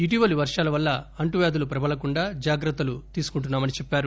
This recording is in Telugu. ఇటీవలి వర్షాల వల్ల అంటు వ్యాధులు ప్రబలకుండా జాగ్రత్తలు తీసుకుంటున్నామని చెప్పారు